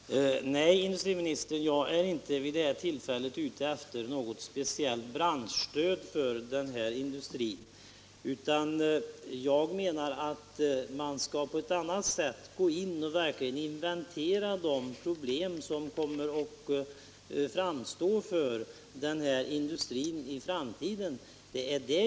Herr talman! Nej, herr industriminister, jag är inte vid detta tillfälle ute efter något speciellt branschstöd till denna industri. Jag är i första hand ute efter att man på ett annat sätt skall gå in och verkligen inventera de problem som kommer att uppstå för denna industri i framtiden.